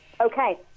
Okay